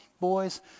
boys